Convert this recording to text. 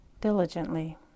diligently